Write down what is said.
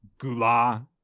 Gula